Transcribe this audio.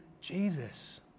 Jesus